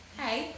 hey